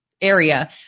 area